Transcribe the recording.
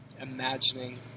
imagining